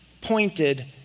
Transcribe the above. pointed